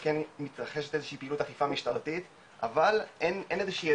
כן מתרחשת איזושהי פעילות אכיפה משטרתית